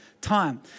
time